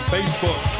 Facebook